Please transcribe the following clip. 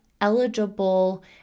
eligible